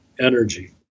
energy